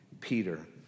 Peter